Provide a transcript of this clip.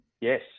Yes